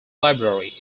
library